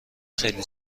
خیلی